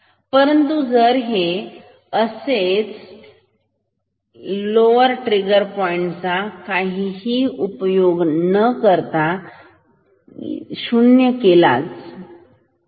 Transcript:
परंतु जर हे आधीच असेल तर लोवर ट्रिगर पॉईंटचा काहीही उपयोग नाही इथे हा काहीही महत्त्वाचा नाही